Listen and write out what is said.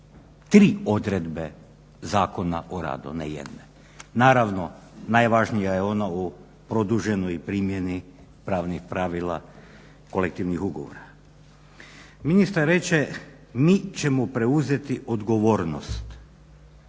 tri odredbe Zakona o radu, a ne jedne. Naravno najvažnija je ona o produženoj primjeni pravnih pravila kolektivnih ugovora. Ministar reče mi ćemo preuzeti odgovornost.